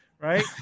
Right